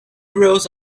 rows